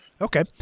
Okay